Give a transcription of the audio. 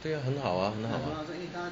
这个很好 ah 很好 ah